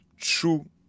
true